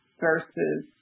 versus